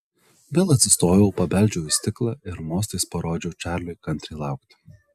vėl atsistojau pabeldžiau į stiklą ir mostais parodžiau čarliui kantriai laukti